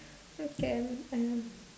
okay um